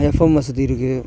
FM வசதி இருக்குது